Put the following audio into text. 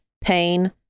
pain